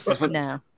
No